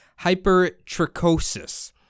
hypertrichosis